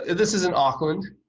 this isn't auckland